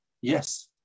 Yes